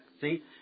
See